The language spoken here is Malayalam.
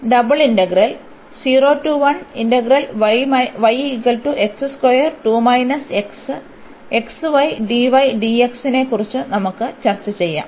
അതിനാൽ ഈ നെക്കുറിച്ച് നമുക്ക് ചർച്ച ചെയ്യാം